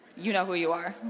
you know who you are.